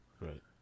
right